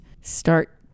start